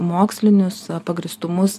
mokslinius pagrįstumus